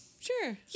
Sure